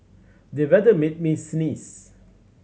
the weather made me sneeze